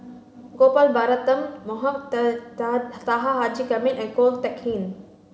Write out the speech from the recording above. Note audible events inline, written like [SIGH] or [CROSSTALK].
Gopal Baratham Mohamed [UNINTELLIGIBLE] Taha Haji Jamil and Ko Teck Kin